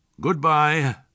Goodbye